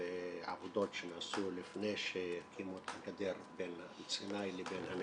ועבודות שנעשו לפני שהקימו את הגדר בין סיני לבין הנגב,